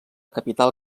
capital